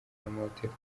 n’amahoteli